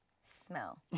smell